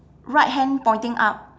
right hand pointing up